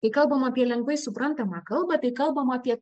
kai kalbam apie lengvai suprantamą kalbą tai kalbama apie